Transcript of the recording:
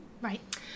Right